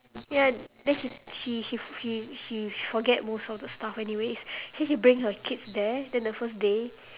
ya then she she she she she forget most of the stuff anyways so she bring her kids there then the first day